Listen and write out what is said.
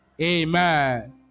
Amen